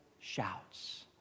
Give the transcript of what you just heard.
shouts